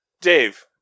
Dave